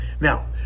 Now